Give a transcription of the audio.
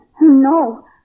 No